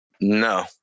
No